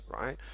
right